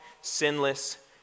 sinless